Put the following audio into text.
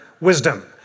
wisdom